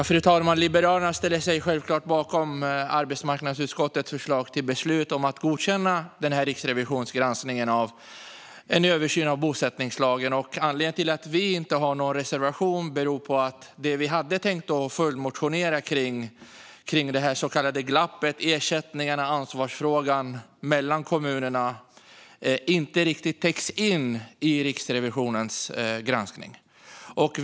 Fru talman! Liberalerna ställer sig självklart bakom arbetsmarknadsutskottets förslag till beslut om att godkänna Riksrevisionens granskning av en översyn av bosättningslagen. Anledningen till att vi liberaler inte har någon reservation är att det vi hade tänkt att följdmotionera om - det så kallade glappet mellan kommunerna gällande ersättningarna och ansvarsfrågan - inte riktigt täcks in av Riksrevisionens granskning.